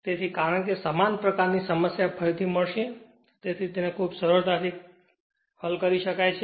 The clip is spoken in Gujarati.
તેથી કારણ કે સમાન પ્રકારની સમસ્યા પછીથી મળશે તેથી કોઈ તેને ખૂબ સરળતાથી કરી શકે છે